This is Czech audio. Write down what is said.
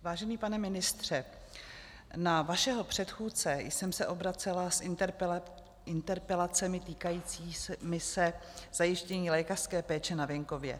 Vážený pane ministře, na vašeho předchůdce jsem se obracela s interpelacemi týkajícími se zajištění lékařské péče na venkově.